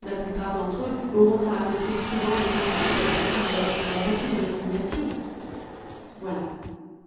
la plupart d'entre eux auront à accomplir souvent des corvées pour lesquelles il leur faudra beaucoup de résignation voilà